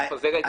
עצמי.